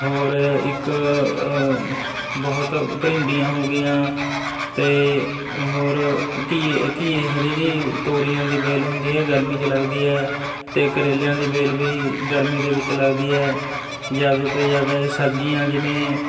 ਹੋਰ ਇੱਕ ਬਹੁਤ ਭਰਿੰਡੀਆਂ ਹੋ ਗਈਆਂ ਅਤੇ ਹੋਰ ਘੀਏ ਘੀਏ ਜਿਹੜੀ ਤੋਰੀਆਂ ਦੀ ਵੇਲ ਹੁੰਦੀ ਇਹ ਗਰਮੀ 'ਚ ਲੱਗਦੀ ਹੈ ਅਤੇ ਕਰੇਲਿਆਂ ਦੀ ਵੇਲ ਵੀ ਗਰਮੀ ਦੇ ਵਿੱਚ ਲੱਗਦੀ ਹੈ ਜ਼ਿਆਦਾ ਤੋਂ ਜ਼ਿਆਦਾ ਇਹ ਸਬਜ਼ੀਆਂ ਜਿਵੇਂ